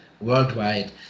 worldwide